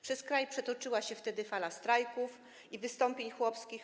Przez kraj przetoczyła się wtedy fala strajków i wystąpień chłopskich.